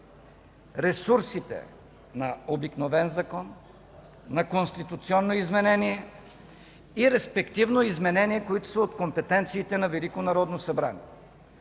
ресурсите на обикновен закон, на конституционно изменение и респективно изменения, които са от компетенциите на